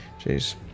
jeez